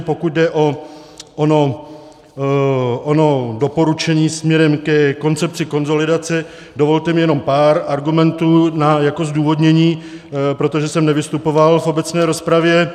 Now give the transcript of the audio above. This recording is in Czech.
Pokud jde o ono doporučení směrem ke koncepci konsolidace, dovolte mi jenom pár argumentů jako zdůvodnění, protože jsem nevystupoval v obecné rozpravě.